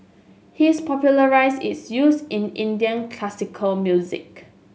he is popularised its use in Indian classical music